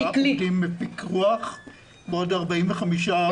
יש 45 שעוסקים בפיקוח ועוד 45 עובדי הוראה.